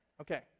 okay